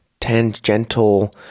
tangential